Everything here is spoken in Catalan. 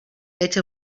veig